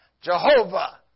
Jehovah